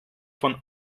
von